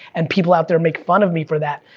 and people out there make fun of me for that.